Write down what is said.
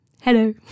Hello